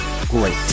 great